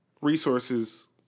resources